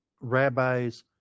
rabbis